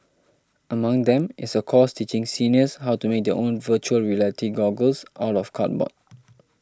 among them is a course teaching seniors how to make their own Virtual Reality goggles out of cardboard